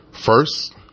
first